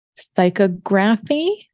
psychography